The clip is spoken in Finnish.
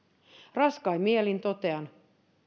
raskain mielin totean